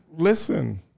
listen